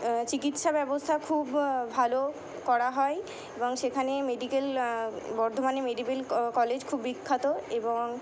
চিকিৎসা ব্যবস্থা খুব ভালো করা হয় এবং সেখানে মেডিকেল বর্ধমানে মেডিকেল কলেজ খুব বিখ্যাত এবং